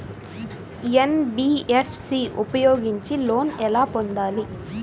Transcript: NBFC ఉపయోగించి loan ఎలా పొందాలి?